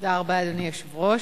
תודה רבה, אדוני היושב-ראש.